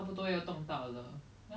human behavior ya